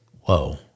Whoa